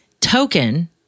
token